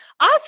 Awesome